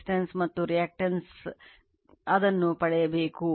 ಆದ್ದರಿಂದ high voltage ಯು ಅದನ್ನು ಪಡೆಯಬೇಕು